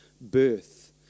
birth